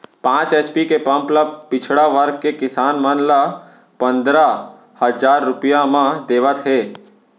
पांच एच.पी के पंप ल पिछड़ा वर्ग के किसान मन ल पंदरा हजार रूपिया म देवत हे